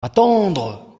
attendre